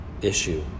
issue